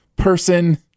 person